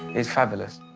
is fabulous